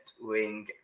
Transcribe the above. wing